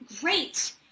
Great